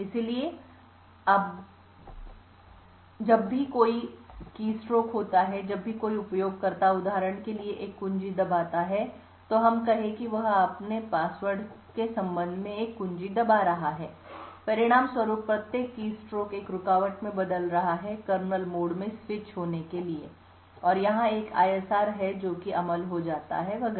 इसलिए जब भी कोई कीस्ट्रोक होता है जब भी कोई उपयोगकर्ता उदाहरण के लिए एक कुंजी दबाता है तो हम कहें कि वह अपने पासवर्ड के संबंध में एक कुंजी दबा रहा है परिणाम स्वरूप प्रत्येक कीस्ट्रोक एक रुकावट में बदल रहा है कर्नल मोड में स्विच होने के लिए यहां एक ISR है जोकि अमल हो जाता है वगैरा